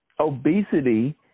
Obesity